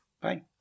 bye